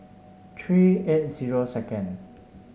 three eight zero second